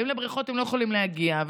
ואם לבריכות הם לא יכולים להגיע,